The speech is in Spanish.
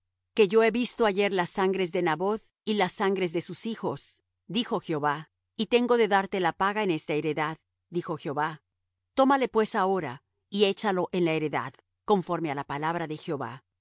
que yo he visto ayer las sangres de naboth y las sangres de sus hijos dijo jehová y tengo de darte la paga en esta heredad dijo jehová tómale pues ahora y échalo en la heredad conforme á la palabra de jehová